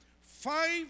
five